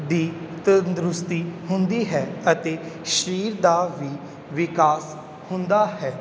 ਦੀ ਤੰਦਰੁਸਤੀ ਹੁੰਦੀ ਹੈ ਅਤੇ ਸਰੀਰ ਦਾ ਵੀ ਵਿਕਾਸ ਹੁੰਦਾ ਹੈ